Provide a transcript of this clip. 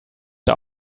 der